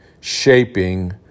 shaping